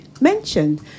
mentioned